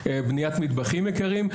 ובניית מטבחים יקרים.